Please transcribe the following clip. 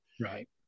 Right